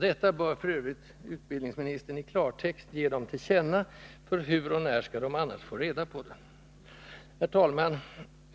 Detta bör f. ö. utbildningsministern i klartext ge dem till känna, för hur och när skall de annars få reda på det? Herr talman!